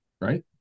right